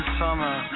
summer